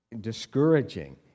discouraging